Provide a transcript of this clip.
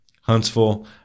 Huntsville